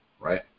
right